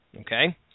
Okay